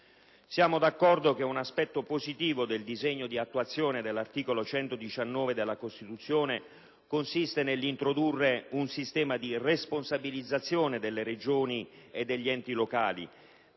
Siamo d'accordo che un aspetto positivo del disegno di attuazione dell'articolo 119 della Costituzione consiste nell'introdurre un sistema di responsabilizzazione delle Regioni e degli enti locali;